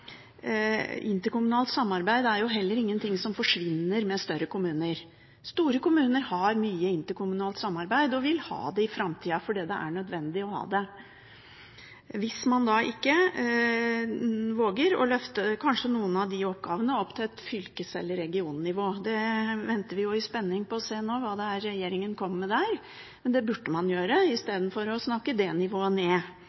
Interkommunalt samarbeid er heller ikke noe som forsvinner med større kommuner. Store kommuner har mye interkommunalt samarbeid og vil ha det i framtida, fordi det er nødvendig å ha det, hvis man ikke våger å løfte noen av de oppgavene opp til et fylkes- eller regionnivå. Vi venter i spenning på å se hva regjeringen kommer med der. Det burde man gjøre